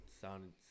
sounded